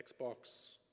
Xbox